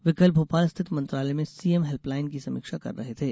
वे कल भोपाल स्थित मंत्रालय में सीएम हेल्पलाइन की समीक्षा कर रहे थे